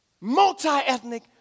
multi-ethnic